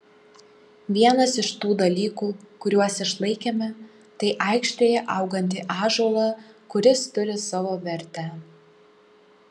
vienas iš tų dalykų kuriuos išlaikėme tai aikštėje augantį ąžuolą kuris turi savo vertę